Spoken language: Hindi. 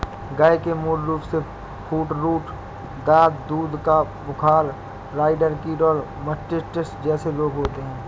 गय के मूल रूपसे फूटरोट, दाद, दूध का बुखार, राईडर कीट और मास्टिटिस जेसे रोग होते हें